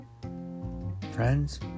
friends